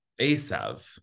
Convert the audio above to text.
Asav